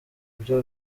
byo